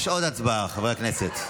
יש עוד הצבעה, חברי הכנסת.